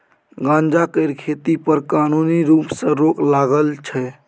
गांजा केर खेती पर कानुनी रुप सँ रोक लागल छै